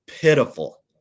pitiful